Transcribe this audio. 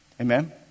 Amen